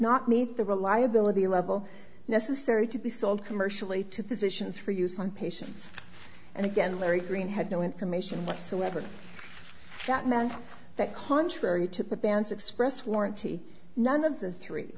not meet the reliability level necessary to be sold commercially to physicians for use on patients and again larry green had no information whatsoever that meant that contrary to the band's expressed warranty none of the three